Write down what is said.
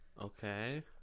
Okay